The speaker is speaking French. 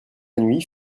nuit